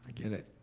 get it.